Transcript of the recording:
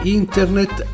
internet